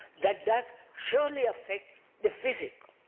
that does surely affect the physical,